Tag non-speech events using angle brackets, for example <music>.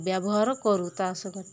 ବ୍ୟବହାର କରୁ ତା <unintelligible>